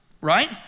right